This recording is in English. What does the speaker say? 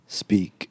speak